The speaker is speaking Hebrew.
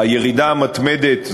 הירידה המתמדת,